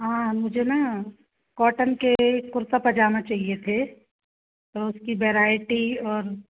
हाँ मुझे ना कॉटन के कुर्ता पजामा चाहिए थे तो उसकी वेरायटी और